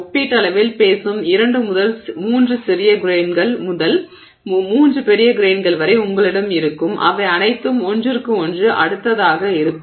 ஒப்பீட்டளவில் பேசும் 2 முதல் 3 சிறிய கிரெய்ன்கள் முதல் 3 பெரிய கிரெய்ன்கள் வரை உங்களிடம் இருக்கும் அவை அனைத்தும் ஒன்றிற்கு ஒன்று அடுத்ததாக இருக்கும்